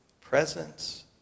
presence